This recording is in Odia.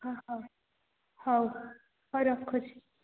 ହଉ ହଉ ହଉ ରଖୁଛି